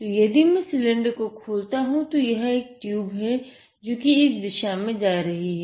तो यदि मै सिलिंडर को खोलता हूँ तो एक ट्यूब है जो कि इस दिशा में जा रही है